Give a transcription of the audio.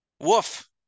Woof